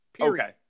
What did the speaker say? Okay